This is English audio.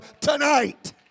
tonight